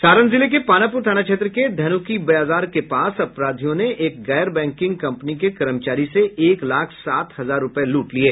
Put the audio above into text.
सारण जिले के पानापुर थाना क्षेत्र के धेनुकी बाजार के पास अपराधियों ने एक गैर बैंकिंग कम्पनी के कर्मचारी से एक लाख सात हजार रुपये लूट लिये